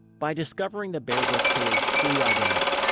by discovering the bear brook killer's true identity,